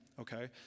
okay